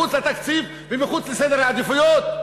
מחוץ לתקציב ומחוץ לסדר העדיפויות,